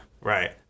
Right